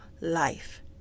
life